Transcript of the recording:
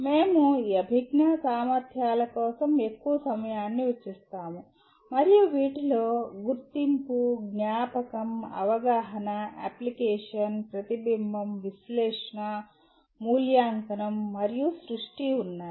మేము ఈ అభిజ్ఞా సామర్ధ్యాల కోసం ఎక్కువ సమయాన్ని వెచ్చిస్తాము మరియు వీటిలో గుర్తింపు జ్ఞాపకం అవగాహన అప్లికేషన్ ప్రతిబింబం విశ్లేషణ మూల్యాంకనం మరియు సృష్టి ఉన్నాయి